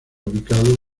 ubicado